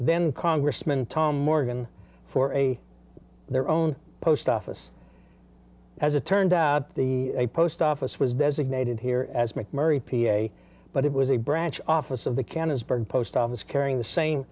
then congressman tom morgan for a their own post office as it turned the post office was designated here as mcmurry p a but it was a branch office of the can is bird post office carrying the same